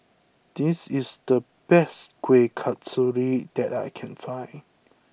this is the best Kueh Kasturi that I can find